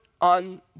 on